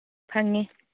ꯐꯪꯉꯤ